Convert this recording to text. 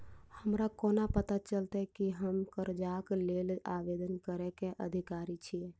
हमरा कोना पता चलतै की हम करजाक लेल आवेदन करै केँ अधिकारी छियै?